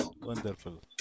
Wonderful